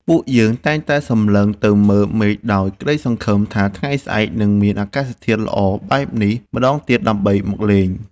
ពួកយើងតែងតែសម្លឹងមើលទៅមេឃដោយក្ដីសង្ឃឹមថាថ្ងៃស្អែកនឹងមានអាកាសធាតុល្អបែបនេះម្ដងទៀតដើម្បីមកលេង។